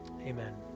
Amen